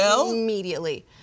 immediately